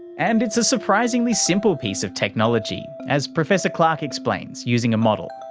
and it's a surprisingly simple piece of technology, as professor clark explains using a model.